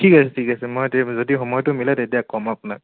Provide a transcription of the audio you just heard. ঠিক আছে ঠিক আছে মই তে যদি সময়টো মিলে তেতিয়া ক'ম আপোনাক